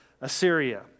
Assyria